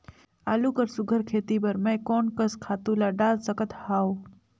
आलू कर सुघ्घर खेती बर मैं कोन कस खातु ला डाल सकत हाव?